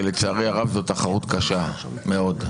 ולצערי הרב זו תחרות קשה מאוד.